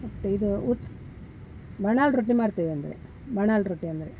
ಮತ್ತು ಇದು ಉತ್ ಬಣಲ್ ರೊಟ್ಟಿ ಮಾಡ್ತೇವೆ ಅಂದರೆ ಬಣಲ್ ರೊಟ್ಟಿ ಅಂದರೆ